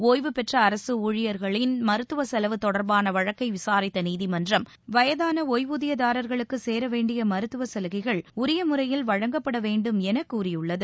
ஒய்வு பெற்ற அரசு ஊழியரின் மருத்துவ செலவு தொடர்பான வழக்கை விசாரித்த நீதிமன்றம் வயதான ஒய்வூதியதாரா்களுக்கு சேர வேண்டிய மருத்துவ சலுகைகள் உரிய முறையில் வழங்கப்பட வேண்டும் என கூறியுள்ளது